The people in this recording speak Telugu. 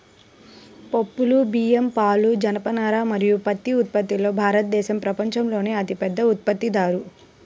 పప్పులు, బియ్యం, పాలు, జనపనార మరియు పత్తి ఉత్పత్తిలో భారతదేశం ప్రపంచంలోనే అతిపెద్ద ఉత్పత్తిదారు